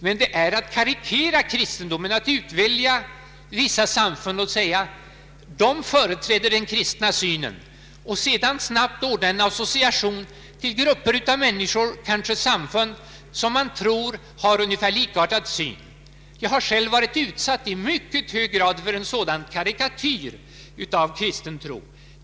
Men det är att karikera kristendomen om man utväljer vissa samfund och säger att de företräder den kristna synen och sedan snabbt ordnar en association till grupper av människor, kanske samfund, som man tror har en likartad syn. Jag har själv i mycket hög grad varit utsatt för en sådan karikatyr av kristen tro.